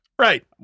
Right